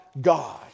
God